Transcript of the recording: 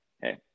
Hey